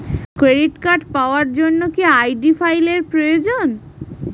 Credit card পাওয়ার জন্য কি আই.ডি ফাইল এর প্রয়োজন?